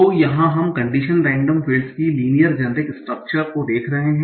तो यहाँ हम कन्डिशन रेंडम फील्डस की लिनियर जेनेरिक स्ट्रक्चर को देख रहे हैं